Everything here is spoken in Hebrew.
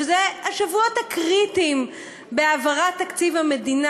שאלה השבועות הקריטיים בהעברת תקציב המדינה?